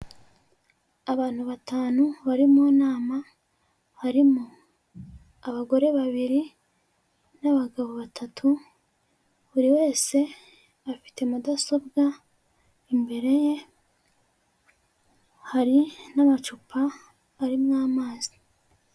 Abantu batanu bari mu nama harimo abagore babiri n'abagabo batatu, buri wese afite mudasobwa, imbere ye hari n'amacupa arimo amazi.